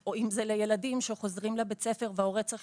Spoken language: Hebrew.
או אם זה לילדים שחוזרים לבית הספר וההורה צריך